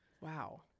wow